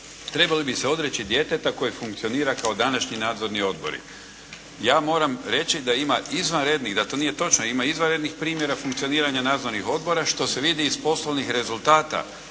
«Trebali bi se odreći djeteta koje funkcionira kao današnji nadzorni odbori.» Ja moram reći da ima izvanrednih, da to nije točno, ima izvanrednih primjera funkcioniranja nadzornih odbora što se vidi iz poslovnih rezultata